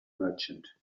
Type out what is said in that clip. merchant